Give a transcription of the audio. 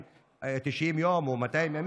90 יום או 200 ימים.